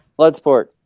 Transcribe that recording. Bloodsport